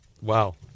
Wow